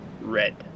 red